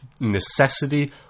necessity